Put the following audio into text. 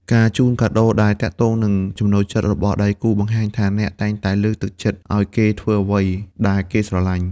ការជូនកាដូដែលទាក់ទងនឹងចំណូលចិត្ត របស់ដៃគូ បង្ហាញថាអ្នកតែងតែលើកទឹកចិត្តឱ្យគេធ្វើអ្វីដែលគេស្រឡាញ់។